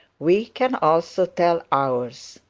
we can also tell ours.